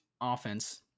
offense